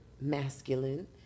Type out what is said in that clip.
masculine